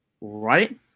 right